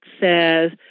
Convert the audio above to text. says